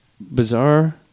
bizarre